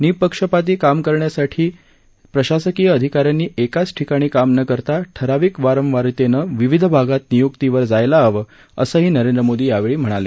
निपक्षपातीपणे काम करण्यासाठी प्रशासकीय अधिकाऱ्यांनी एकाच ठिकाणी काम न करता ठराविक वारंवारितेनं विविध भागात नियुक्तीवर जायला हवं असही नरेंद्र मोदी यावेळी म्हणाले